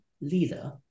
leader